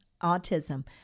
autism